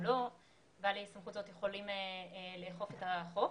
לא בעלי סמכות יכולים לאכוף את החוק.